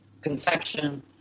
conception